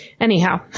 Anyhow